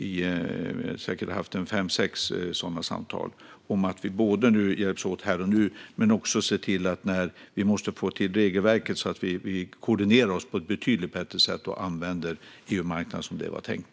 Jag har haft säkert fem sex samtal om att vi ska hjälpas åt här och nu men också om att vi måste få till regelverket så att vi koordinerar oss på ett betydligt bättre sätt och använder EU-marknaden som det är tänkt.